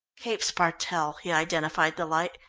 cape spartel, he identified the light.